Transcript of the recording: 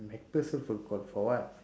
macpherson for for what